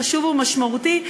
חשוב ומשמעותי.